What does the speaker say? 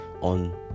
on